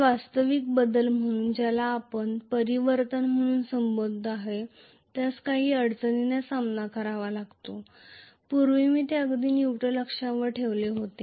तर वास्तविक current transfer म्हणून ज्याला आपण कम्मुटेशन म्हणून संबोधत आहोत त्यास काही अडचणीचा सामना करावा लागतो पूर्वी मी ते अगदी न्यूट्रॅल अक्षांवर ठेवले होते